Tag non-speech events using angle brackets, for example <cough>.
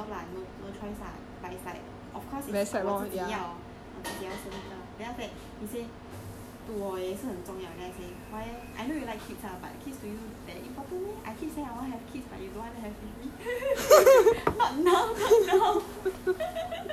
ya then I say 如果我真的是不可以的话 then adopt lah no no choice ah but it's like of course if 我自己要我自己要生一个 then after that he say to 我也是很重要 then I say why eh I know you like kids [ah]but kids to you that important meh I keep saying I want to have kids but you say you don't want to have with me <laughs>